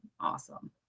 awesome